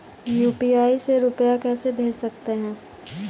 UPI से रुपया कैसे भेज सकते हैं?